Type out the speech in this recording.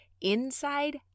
inside